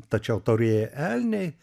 tačiau taurieji elniai